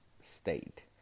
State